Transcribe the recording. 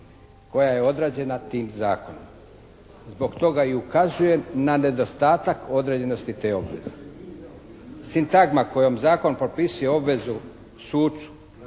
koja je odrađena tim zakonom. Zbog toga i ukazujem na nedostatak određenosti te obveze. Sintagma kojom zakon propisuje obvezu sucu